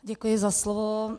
Děkuji za slovo.